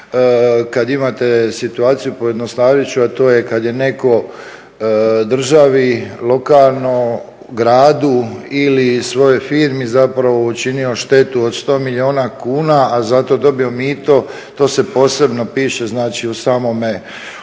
Kada imate situaciju pojednostavit ću a to je kada je netko državi, lokalnom gradu ili svojoj firmi učinio štetu od 100 milijuna kuna, a zato dobije mito, to se posebno piše u samom optužnom